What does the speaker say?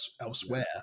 elsewhere